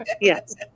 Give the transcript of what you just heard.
Yes